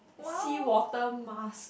seawater mask